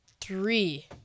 three